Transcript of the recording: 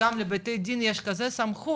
שגם לבתי דין יש כזה סמכות,